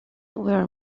were